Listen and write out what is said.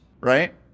right